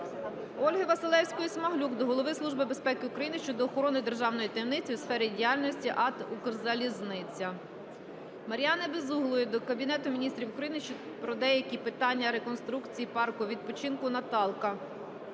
Ольги Василевської-Смаглюк до Голови Служби безпеки України щодо охорони державної таємниці у сфері діяльності АТ "Укрзалізниця". Мар'яни Безуглої до Кабінету Міністрів України про деякі питання реконструкції парку відпочинку "Наталка"